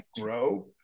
grow